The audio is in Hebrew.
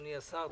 אדוני השר,